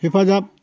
हेफाजाब